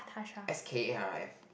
S K A R F